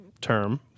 term